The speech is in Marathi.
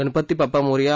गणपती बाप्पा मोरया